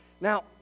Now